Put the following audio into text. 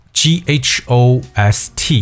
ghost